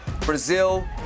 Brazil